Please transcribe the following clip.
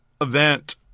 event